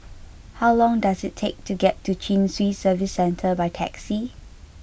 how long does it take to get to Chin Swee Service Centre by taxi